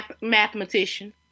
mathematician